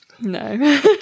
No